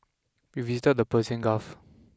we visited the Persian Gulf